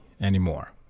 anymore